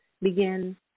Begin